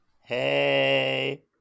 Hey